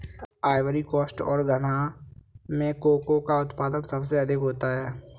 Ivory coast और घना में कोको का उत्पादन सबसे अधिक है